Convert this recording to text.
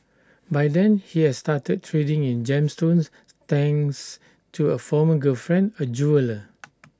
by then he had started trading in gemstones thanks to A former girlfriend A jeweller